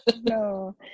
No